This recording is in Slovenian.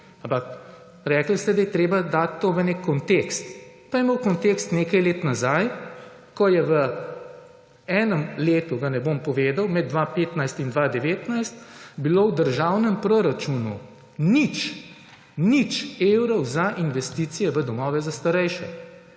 ampak rekli ste, da je treba dati to v nek kontekst. Pojdimo v kontekst nekaj let nazaj, ko je v enem letu, ga ne bom povedal, med 2015 in 2019 bilo v državnem proračunu 0 evrov za investicije v domove za starejše.